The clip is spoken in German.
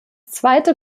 zweite